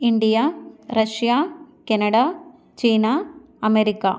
India Russia Canada China America